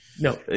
No